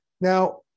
Now